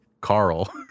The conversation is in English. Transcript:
Carl